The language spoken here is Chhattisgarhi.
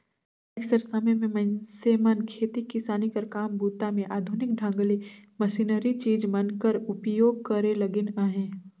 आएज कर समे मे मइनसे मन खेती किसानी कर काम बूता मे आधुनिक ढंग ले मसीनरी चीज मन कर उपियोग करे लगिन अहे